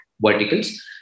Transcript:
verticals